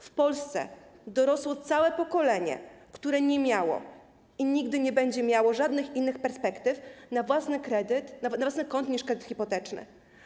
W Polsce dorosło całe pokolenie, które nie miało i nigdy nie będzie miało żadnych innych perspektyw na własny kąt niż kredyt hipoteczny.